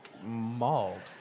mauled